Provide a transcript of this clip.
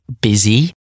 busy